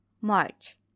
March